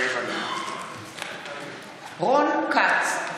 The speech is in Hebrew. מתחייב אני רון כץ,